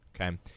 okay